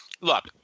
look